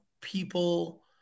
people